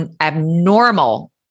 abnormal